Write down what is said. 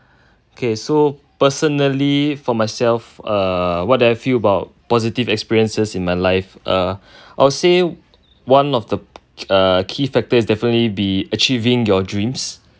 okay so personally for myself uh what do I feel about positive experiences in my life uh I'll say one of the uh key factor is definitely be achieving your dreams